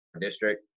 district